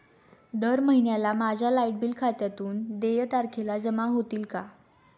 दर महिन्याला माझ्या लाइट बिल खात्यातून देय तारखेला जमा होतील का?